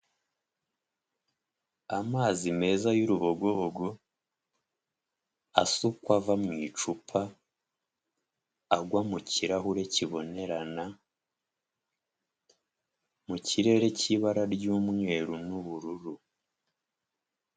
Amazi meza y'urubogobogo, asukwa ava mu icupa agwa mu kirahure kibonerana mu kirere cy'ibara ry'umweru n'ubururu.